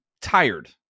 tired